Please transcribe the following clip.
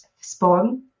spawn